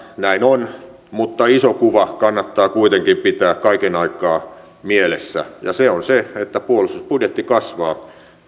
näin on mutta iso kuva kannattaa kuitenkin pitää kaiken aikaa mielessä ja se on se että puolustusbudjetti kasvaa